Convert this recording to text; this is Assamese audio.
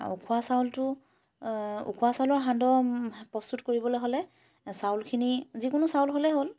আৰু উখোৱা চাউলটো উখোৱা চাউলৰ সান্দহ প্ৰস্তুত কৰিবলৈ হ'লে চাউলখিনি যিকোনো চাউল হ'লেই হ'ল